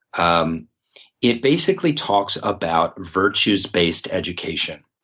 um it basically talks about virtues based education.